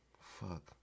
fuck